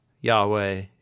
Yahweh